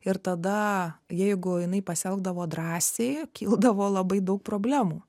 ir tada jeigu jinai pasielgdavo drąsiai kildavo labai daug problemų